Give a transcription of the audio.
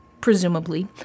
Presumably